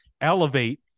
elevate